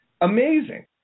Amazing